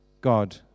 God